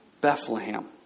Bethlehem